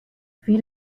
wie